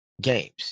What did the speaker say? games